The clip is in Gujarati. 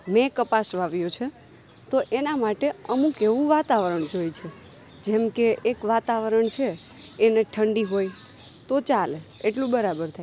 મે કપાસ વાવ્યું છે તો એના માટે અમુક એવું વાતાવરણ જોઈએ છે જેમકે એક વાતાવરણ છે એને ઠંડી હોય તો ચાલે એટલું બરાબર થાય